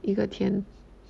一个天